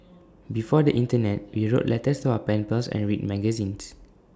before the Internet we wrote letters to our pen pals and read magazines